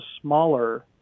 smaller